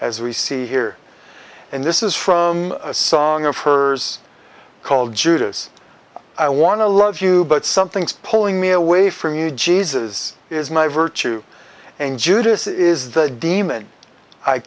as we see here and this is from a song of hers called judas i wanna love you but something's pulling me away from you jesus is my virtue and judas is the demon i